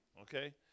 Okay